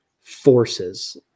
forces